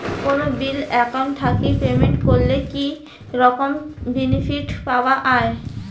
কোনো bill account থাকি payment করলে কি রকম বেনিফিট পাওয়া য়ায়?